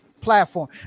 platform